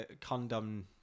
condom